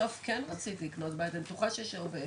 בסוף כן רציתי לקנות בית ואני בטוחה שיש הרבה שרוצים.